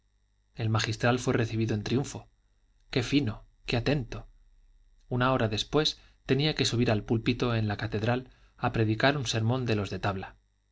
el magistral fue recibido en triunfo qué fino qué atento una hora después tenía que subir al púlpito en la catedral a predicar un sermón de los de tabla